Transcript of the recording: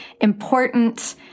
important